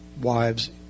wives